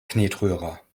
knetrührer